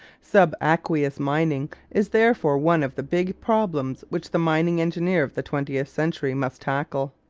subaqueous mining is therefore one of the big problems which the mining engineer of the twentieth century must tackle.